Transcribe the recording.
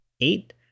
Eight